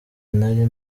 ntari